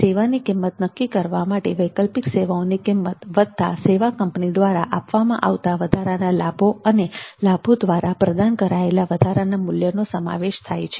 સેવાની કિંમત નક્કી કરવા માટે વૈકલ્પિક સેવાઓની કિંમત વત્તા સેવા કંપની દ્વારા આપવામાં આવતા વધારાના લાભો અને લાભો દ્વારા પ્રદાન કરાયેલા વધારાના મૂલ્યનો સમાવેશ થાય છે